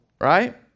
Right